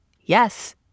Yes